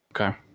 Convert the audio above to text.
Okay